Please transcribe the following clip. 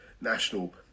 national